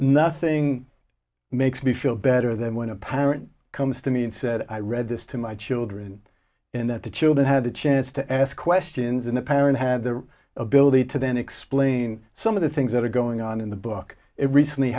nothing makes me feel better than when a parent comes to me and said i read this to my children and that the children had a chance to ask questions in a parent had the ability to then explain some of the things that are going on in the book it recently